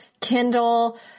Kindle